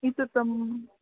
ही त तम